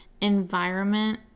environment